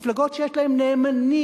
מפלגות שיש להן נאמנים,